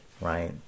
right